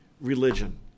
religion